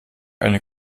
eine